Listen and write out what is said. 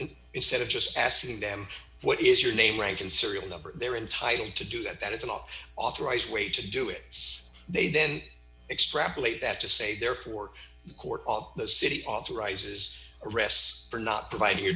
m instead of just asking them what is your name rank and serial number they're entitled to do that it's a law authorised way to do it they then extrapolate that to say therefore the court of the city authorizes arrests for not providing your